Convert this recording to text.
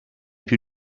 più